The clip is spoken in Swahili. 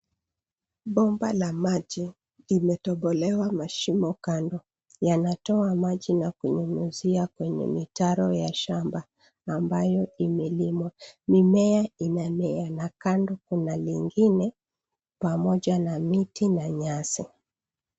Bomba la maji, limetobolewa mashimo kando, yanatoa maji na kunyunyizia kwenye mitaro ya shamba na ambayo imelimwa. Mimea inamea, na kando kuna mingine, pamoja na miti na nyasi.